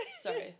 Sorry